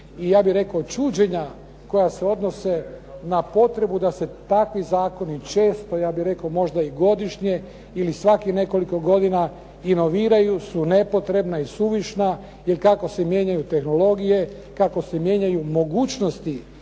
I ja bih rekao čuđenja koja se odnose na potrebu da se takvi zakoni često ja bih rekao možda i godišnje ili svakih nekoliko godina inoviraju su nepotrebna i suvišna. Jer kako se mijenjaju tehnologije, kako se mijenjaju mogućnosti